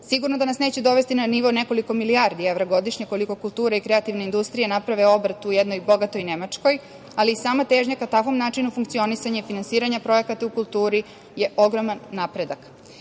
razvoja. Sigurno da nas neće dovesti na nivo nekoliko milijardi evra godišnje, koliko kultura i kreativna industrija naprave obrt u jednoj bogatoj Nemačkoj, ali i sama težnja ka takvom načinu funkcionisanja i finansiranja projekata u kulturi je ogroman napredak. Pored